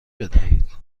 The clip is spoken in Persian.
بدهید